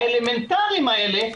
האלמנטריים האלה,